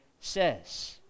says